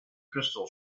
crystal